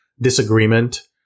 disagreement